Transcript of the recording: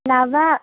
नव